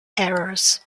errors